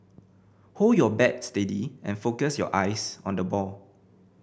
hold your bat steady and focus your eyes on the ball